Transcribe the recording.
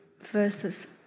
verses